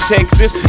Texas